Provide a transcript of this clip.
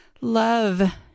love